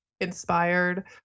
inspired